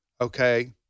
okay